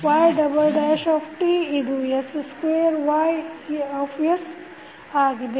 yt ಇದು s2Ysಆಗಿದೆ